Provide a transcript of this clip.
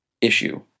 issue